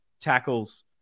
tackles